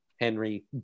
Henry